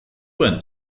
zuen